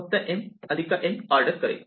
हे फक्त mn order करेल